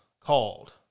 called